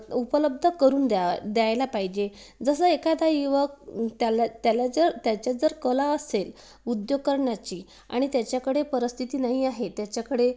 उपलब्ध करून द्या द्यायला पाहिजे जसं एखादा युवक त्याला त्याला जर त्याच्यात जर कला असेल उद्योग करण्याची आणि त्याच्याकडे परिस्थिती नाही आहे त्याच्याकडे